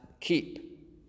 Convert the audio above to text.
keep